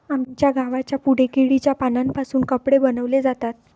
आमच्या गावाच्या पुढे केळीच्या पानांपासून कपडे बनवले जातात